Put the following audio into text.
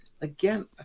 again